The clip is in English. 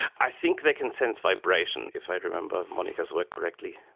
i think they can sense vibration, if i remember monica's work correctly.